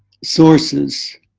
sources,